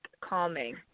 calming